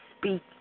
speak